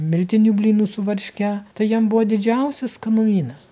miltinių blynų su varške tai jiem buvo didžiausias skanumynas